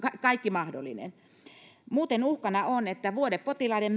kaikki mahdollinen muuten uhkana on että vuodepotilaiden